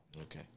Okay